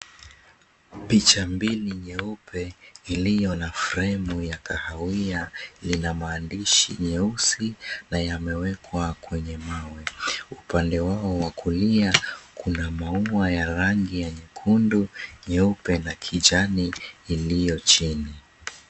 Picha mbili nyeupe iliyo na fremu ya kahawia lina maandishi nyeusi na yamewekwa kwenye mawe. Upande wao wa kulia kuna maua ya rangi ya nyekundu, nyeupe na kijani iliyo chini